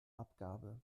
abgabe